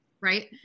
Right